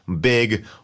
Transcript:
big